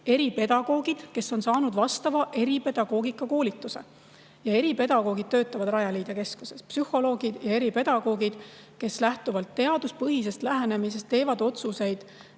eripedagoogid, kes on saanud vastava eripedagoogika koolituse. Ja eripedagoogid töötavad Rajaleidja keskuses: psühholoogid ja eripedagoogid, kes lähtuvalt teaduspõhisest lähenemisest teevad otsuseid,